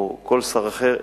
או כל שר אחר,